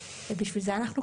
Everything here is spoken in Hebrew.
בשביל זה אנחנו כאן.